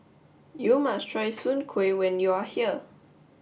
you must try Soon Kuih when you are here